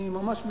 אני ממש מצטער,